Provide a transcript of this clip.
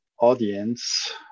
audience